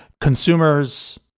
Consumers